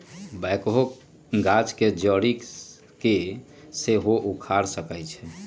backhoe गाछ के जड़ी के सेहो उखाड़ सकइ छै